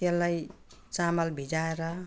त्यसलाई चामल भिजाएर